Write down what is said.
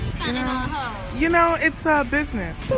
and and you know it's a business,